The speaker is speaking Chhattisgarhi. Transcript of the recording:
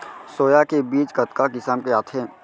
सोया के बीज कतका किसम के आथे?